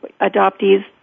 adoptees